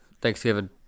Thanksgiving